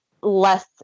less